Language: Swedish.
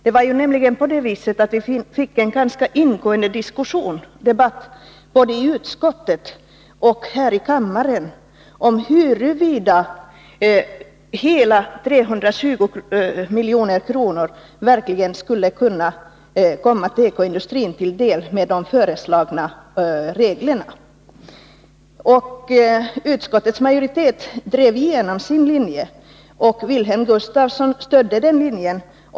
Det var nämligen på det viset att vi fick en ganska ingående diskussion både i utskottet och här i kammaren om huruvida hela 320 milj.kr. verkligen skulle komma tekoindustrin till del med de föreslagna reglerna. Utskottets majoritet drev igenom sin linje. Wilhelm Gustafsson stödde den linjen.